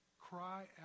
Cry